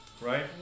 Right